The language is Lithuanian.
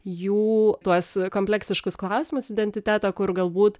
jų tuos kompleksiškus klausimus identiteto kur galbūt